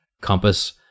compass